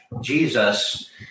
Jesus